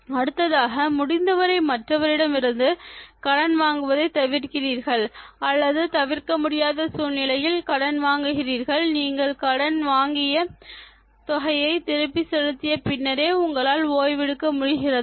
அடுத்ததாக முடிந்தவரை மற்றவரிடமிருந்து கடன் வாங்குவதை தவிர்க்கிறீர்கள் அல்லது தவிர்க்க முடியாத சூழ்நிலையில் கடன் வாங்குகிறீர்கள் நீங்கள் கடன் வாங்கிய தொகையை திருப்பி செலுத்திய பின்னரே உங்களால் ஓய்வெடுக்க முடிகிறதா